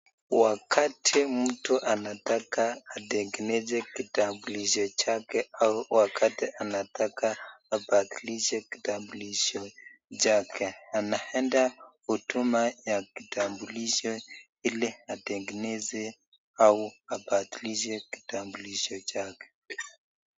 Wakati mtu anataka atengeneze kitambulisho chake au wakati anataka abadilishe kitambulisho chake, anaenda huduma ya kitambulisho ili atengeneze au abadilishe kitambulisho chake.